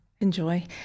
enjoy